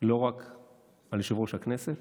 לא רק על יושב-ראש הכנסת.